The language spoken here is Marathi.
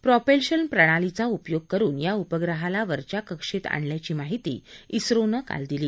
प्रॉपेल्शन प्रणालीचा उपयोग करून या उपग्रहाला वरच्या कक्षेत आणल्याची माहिती झोनं काल दिली